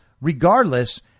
regardless